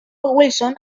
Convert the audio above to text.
wilson